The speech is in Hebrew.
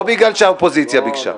לא בגלל שהאופוזיציה ביקשה.